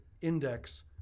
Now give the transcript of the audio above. index